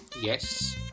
Yes